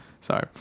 sorry